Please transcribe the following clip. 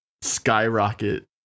skyrocket